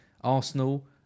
Arsenal